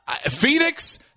Phoenix